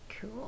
cool